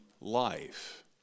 life